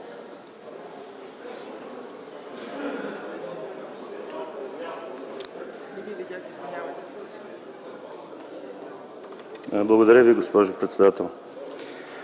Благодаря, госпожо председател.